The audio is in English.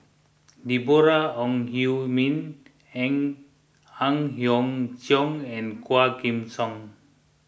Deborah Ong Hui Min Ang Hiong Chiok and Quah Kim Song